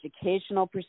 educational